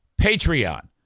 Patreon